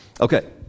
okay